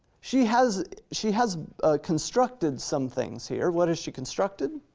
she has she has constructed some things here. what has she constructed?